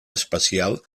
especial